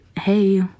hey